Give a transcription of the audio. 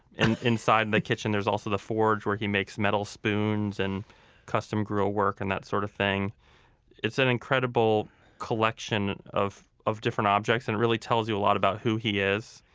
and inside and the kitchen there's also the forge where he makes metal spoons, and custom grillwork and that sort of thing it's an incredible collection of of different objects. it and really tells you a lot about who he is.